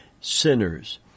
sinners